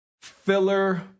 filler